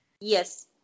Yes